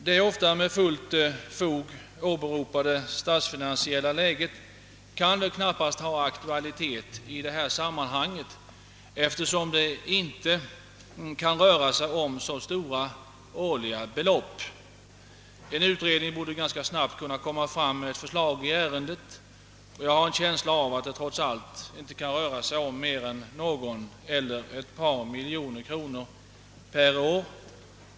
Det ofta med fullt fog åberopade statsfinansiella läget kan knappast ha aktualitet i detta sammanhang, eftersom det inte kan röra sig om så stora årliga belopp. En utredning torde ganska snabbt kunna få fram ett förslag i ärendet, och jag har en känsla av att det självfallet inte kan röra sig om mer än en eller ett par miljoner kronor per år.